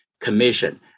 Commission